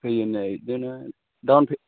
होयो ने ओमफ्राय डाउन